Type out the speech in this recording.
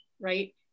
right